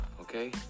Okay